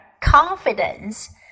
confidence